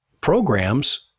programs